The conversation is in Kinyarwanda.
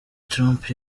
trump